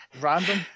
random